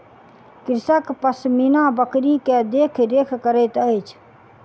कृषक पश्मीना बकरी के देख रेख करैत अछि